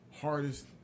hardest